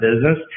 business